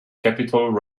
capitol